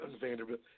Vanderbilt